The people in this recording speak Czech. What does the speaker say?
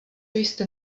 jste